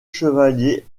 chevalier